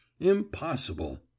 Impossible